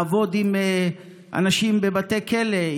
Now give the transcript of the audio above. לעבוד עם אנשים בבתי כלא,